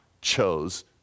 chose